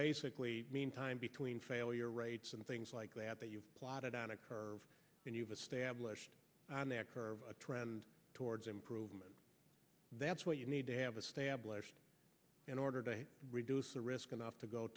basically mean time between failure rates and things like that that you plotted on a curve and you've established a trend towards improvement that's what you need to have established in order to reduce the risk enough to go